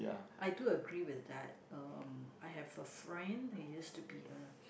I do agree with that um I have a friend he used to be a